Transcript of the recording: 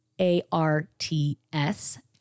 A-R-T-S